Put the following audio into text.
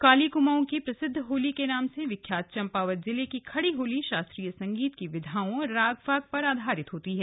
काली कुमाऊँ की प्रसिद्ध होली के नाम से विख्यात चम्पावत जिले की खड़ी होली शास्त्रीय संगीत की विधाओं और राग फाग पर आधारित होती है